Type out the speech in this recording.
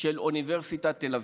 של אוניברסיטת תל אביב.